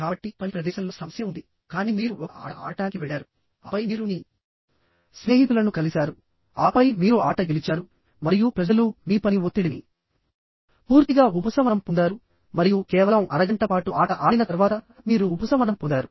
కాబట్టి పని ప్రదేశంలో సమస్య ఉంది కానీ మీరు ఒక ఆట ఆడటానికి వెళ్ళారు ఆపై మీరు మీ స్నేహితులను కలిశారు ఆపై మీరు ఆట గెలిచారు మరియు ప్రజలు మీ పని ఒత్తిడిని పూర్తిగా ఉపశమనం పొందారు మరియు కేవలం అరగంట పాటు ఆట ఆడిన తర్వాత మీరు ఉపశమనం పొందారు